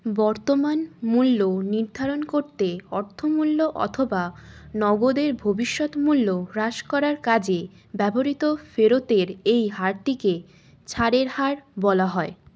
বর্তমান মূল্য নির্ধারণ করতে অর্থমূল্য অথবা নগদের ভবিষ্যৎ মূল্য হ্রাস করার কাজে ব্যবহৃত ফেরতের এই হারটিকে ছাড়ের হার বলা হয়